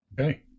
Okay